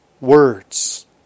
words